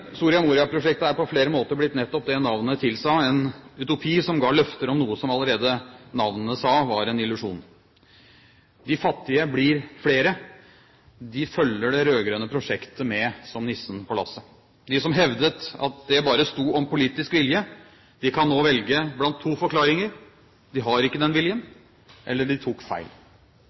Soria Moria-prosjektet er på flere måter blitt nettopp det navnet tilsa, en utopi som ga løfter om noe som allerede navnet sa var en illusjon. De fattige blir flere. De følger med det rød-grønne prosjektet som nissen på lasset. De som hevdet at det bare sto om politisk vilje, kan nå velge blant to forklaringer: De har ikke den viljen, eller de tok feil.